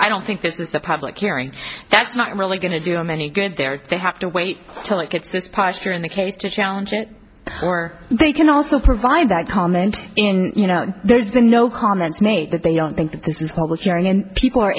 i don't think this is the public hearing that's not really going to do him any good there they have to wait till it gets this posture in the case to challenge it or they can also provide that comment in you know there's been no comments made that they don't think th